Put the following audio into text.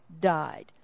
died